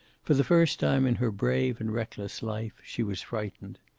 for the first time in her brave and reckless life she was frightened.